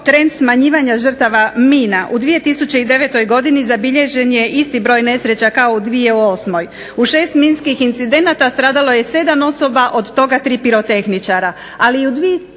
u 2009. godini zabilježen je isti broj nesreća kao u 2008. u 6 minskih incidenata stradalo je 7 osoba od toga 3 pirotehničara, ali u 2010. kolegice i kolege